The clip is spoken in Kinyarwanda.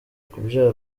kubyara